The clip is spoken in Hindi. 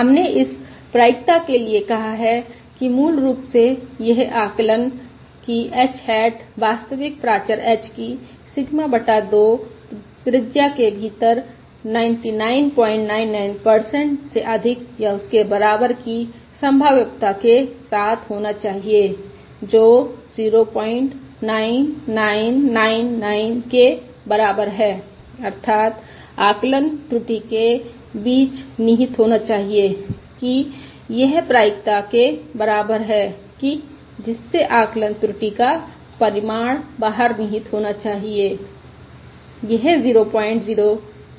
हमने इस प्रायिकता के लिए कहा है कि मूल रूप से यह आकलन है कि h हैट वास्तविक प्राचर h की सिग्मा बटा 2 त्रिज्या के भीतर 9999 से अधिक या उसके बराबर की संभाव्यता के साथ होना चाहिए जो 09999 के बराबर है अर्थात आकलन त्रुटि के बीच निहित होना चाहिए कि यह प्रायिकता के बराबर है कि जिससे आकलन त्रुटि का परिमाण बाहर निहित होना चाहिए